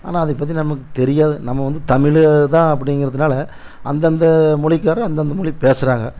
ஆனால் அதைய பற்றி நமக்கு தெரியாது நம்ம வந்து தமிழே தான் அப்படிங்கறதுனால அந்தந்த மொழிக்கார் அந்தந்த மொழி பேசுறாங்க